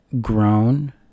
grown